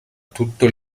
tutto